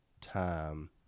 time